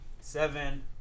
Seven